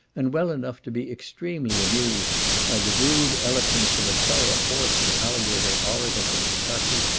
and well enough to be extremely amused by the rude eloquence of a thorough horse and alligator orator from kentucky,